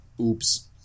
Oops